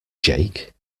jake